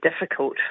difficult